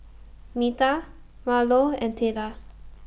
Metha Marlo and Tayla